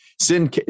sin